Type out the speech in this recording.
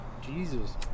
Jesus